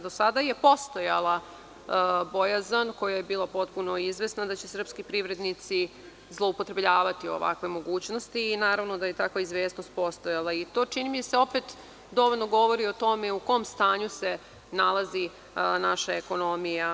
Dosada je postojala bojazan koja je bila potpuno izvesna da će srpski privrednici zloupotrebljavati ovakve mogućnosti i naravno da je takva izvesnost postojala i to čini mi se opet dovoljno govori o tome u kom stanju se nalazi naša ekonomija.